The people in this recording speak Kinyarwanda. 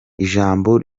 ijambo